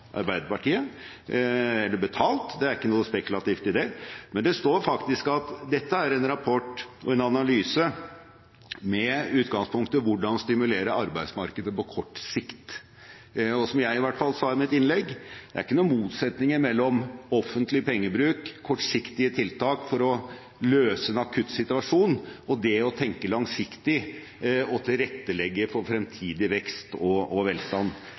Arbeiderpartiet, eller betalt. Det er ikke noe spekulativt i det. Men det står faktisk at dette er en rapport og en analyse med utgangspunktet: Hvordan stimulere arbeidsmarkedet på kort sikt? Og som i hvert fall jeg sa i mitt innlegg, er det ikke noen motsetninger mellom offentlig pengebruk, kortsiktige tiltak for å løse en akutt situasjon, og det å tenke langsiktig og tilrettelegge for fremtidig vekst og velstand. Det er to sider av samme sak, og